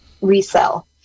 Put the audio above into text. resell